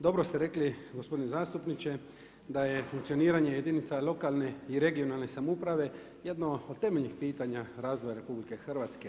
Dobro ste rekli gospodine zastupniče da je funkcioniranje jedinica lokalne i regionalne samouprave jedno od temeljnih pitanja razvoja RH.